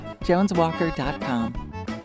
JonesWalker.com